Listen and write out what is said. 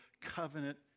covenant